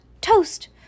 Toast